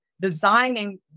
designing